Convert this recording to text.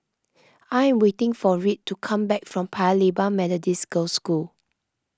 I am waiting for Reed to come back from Paya Lebar Methodist Girls' School